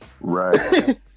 Right